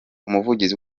umuvugizi